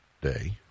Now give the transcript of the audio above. Day